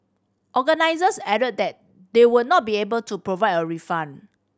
organisers added that they would not be able to provide a refund